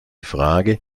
frage